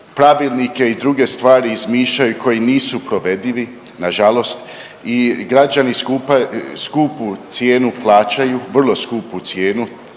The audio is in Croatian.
pravilnike i druge stvari izmišljaju i koji nisu provedivi na žalost i građani skupu cijenu plaćaju, vrlo skupu cijenu.